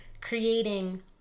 creating